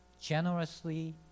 generously